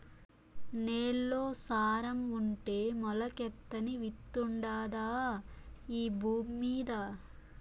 నేల్లో సారం ఉంటే మొలకెత్తని విత్తుండాదా ఈ భూమ్మీద